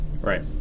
Right